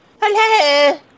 Hello